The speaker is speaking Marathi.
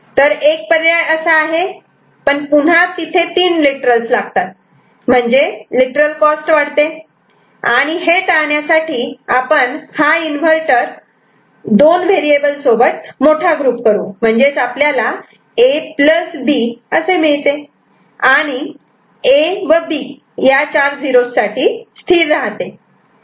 तर एक पर्याय असा आहे पण पुन्हा इथे 3 लिटरल्स लागतात म्हणजेच लिटरल कॉस्ट वाढते आणि हे टाळण्यासाठी आपण हा इन्व्हर्टर दोन व्हेरिएबल सोबत मोठा ग्रुप करू म्हणजेच आपल्याला A B असे मिळते आणि A व B या चार 0's साठी स्थिर राहते